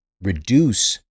reduce